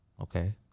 Okay